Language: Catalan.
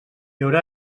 haurà